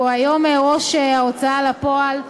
שהוא היום ראש ההוצאה לפועל.